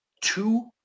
two